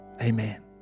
Amen